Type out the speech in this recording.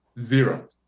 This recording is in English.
Zero